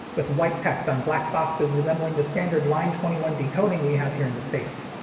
with white text on black boxes resembling the standard line twenty one decoding we have here in the states.